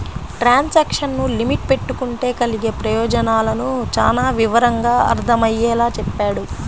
transaction limit పెట్టుకుంటే కలిగే ప్రయోజనాలను చానా వివరంగా అర్థమయ్యేలా చెప్పాడు